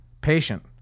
patient